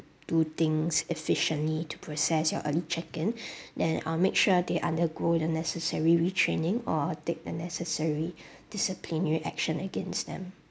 do things efficiently to process your early check in then I'll make sure they undergo the necessary retraining or take the necessary disciplinary action against them